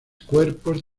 cuerpos